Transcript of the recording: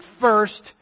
first